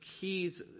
keys